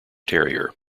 terrier